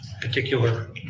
particular